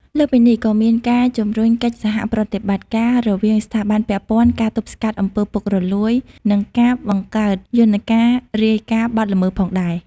លើសពីនេះ ក៏មានការជំរុញកិច្ចសហប្រតិបត្តិការរវាងស្ថាប័នពាក់ព័ន្ធ ការទប់ស្កាត់អំពើពុករលួយ និងការបង្កើតយន្តការរាយការណ៍បទល្មើសផងដែរ។